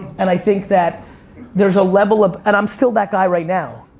and i think that there's a level of, and i'm still that guy right now.